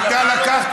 על מה?